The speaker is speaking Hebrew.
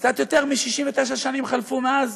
קצת יותר מ-69 שנים חלפו מאז